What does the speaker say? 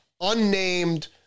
unnamed